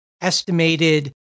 estimated